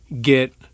get